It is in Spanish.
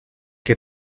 que